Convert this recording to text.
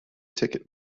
ticket